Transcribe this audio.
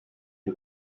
die